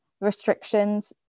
restrictions